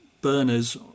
burners